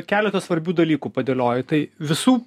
keletą svarbių dalykų padėliojai tai visų